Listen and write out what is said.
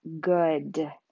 good